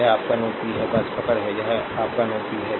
यह आपका node P है बस पकड़ है यह आपका नोड पी है